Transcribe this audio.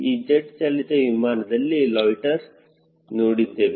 ಈಗ ಜೆಟ್ ಚಾಲಿತ ವಿಮಾನದಲ್ಲಿ ಲೊಯ್ಟ್ಟೆರ್ ನೋಡಿದ್ದೇವೆ